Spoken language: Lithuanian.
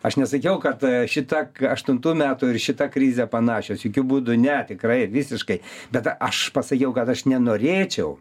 aš nesakiau kad šita aštuntų metų ir šita krizė panašios jokiu būdu ne tikrai visiškai bet aš pasakiau kad aš nenorėčiau